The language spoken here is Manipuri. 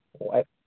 ꯑꯣ